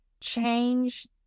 change